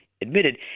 admitted